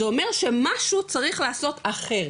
זה אומר שמשהו צריך לעשות אחרת.